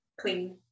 Clean